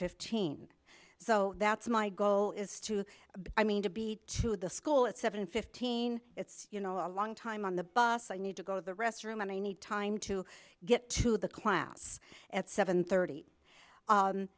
fifteen so that's my goal is to be i mean to be to the school at seven fifteen it's you know a long time on the bus i need to go to the restroom and i need time to get to the class at seven thirty